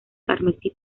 carmesí